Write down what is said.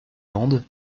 landes